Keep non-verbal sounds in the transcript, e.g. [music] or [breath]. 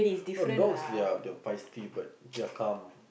[breath] no dogs they are dogs they are feisty but they are calm